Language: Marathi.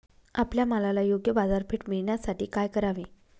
आपल्या मालाला योग्य बाजारपेठ मिळण्यासाठी काय करावे?